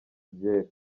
ibyera